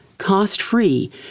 cost-free